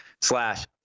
slash